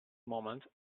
moment